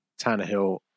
Tannehill